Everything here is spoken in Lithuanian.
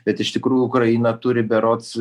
bet iš tikrųjų ukraina turi berods